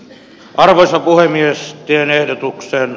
arvoisa puhemies vielä ehdotukselle